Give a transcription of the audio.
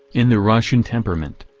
in the russian temperament.